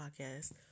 podcast